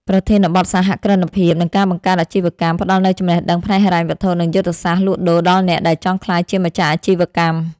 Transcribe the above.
ប្រធានបទ សហគ្រិនភាព និងការបង្កើតអាជីវកម្ម ផ្ដល់នូវចំណេះដឹងផ្នែកហិរញ្ញវត្ថុ និងយុទ្ធសាស្ត្រលក់ដូរដល់អ្នកដែលចង់ក្លាយជាម្ចាស់អាជីវកម្ម។